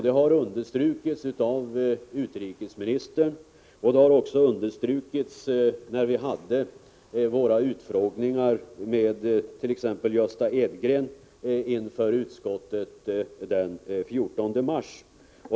Det har understrukits av utrikesministern och det betonades även när vi hade våra utfrågningar med t.ex. Gösta Edgren inför utskottet den 14 mars.